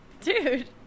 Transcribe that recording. Dude